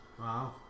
Wow